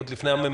עוד לפני הממ"מ,